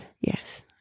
Yes